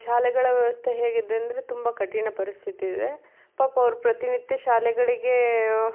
ಶಾಲೆಗಳ ವ್ಯವಸ್ಥೆ ಹೇಗಿದೆಂದರೆ ತುಂಬ ಕಠಿಣ ಪರಿಸ್ಥಿತಿ ಇದೆ ಪಾಪ ಅವರು ಪ್ರತಿನಿತ್ಯ ಶಾಲೆಗಳಿಗೆ